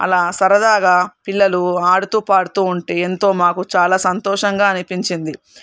అలా సరదాగా పిల్లలు ఆడుతూ పాడుతూ ఉంటే ఎంతో మాకు చాలా సంతోషంగా అనిపించింది